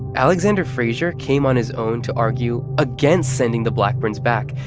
alexander frazer came on his own to argue against sending the blackburns back.